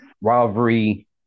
rivalry